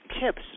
tips